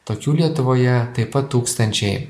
tokių lietuvoje taip pat tūkstančiai